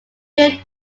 real